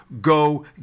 go